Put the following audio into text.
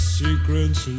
secrets